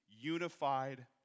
unified